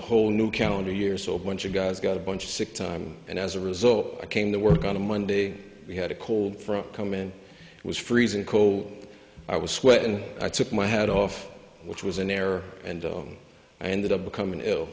whole new calendar year so bunch of guys got a bunch of sick time and as a result i came to work on a monday we had a cold front come in it was freezing cold i was sweating and i took my hat off which was an error and i ended up becoming ill